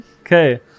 okay